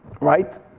right